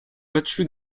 battu